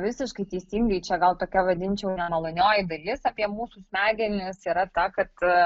visiškai teisingai čia gal tokia vadinčiau nemalonioji dalis apie mūsų smegenys yra ta kad